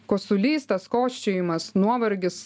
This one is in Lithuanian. kosulys tas kosčiojimas nuovargis